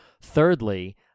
thirdly